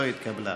לא התקבלה.